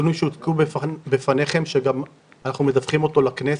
הנתונים שהוצגו בפניכם שאנחנו גם מדווחים לכנסת,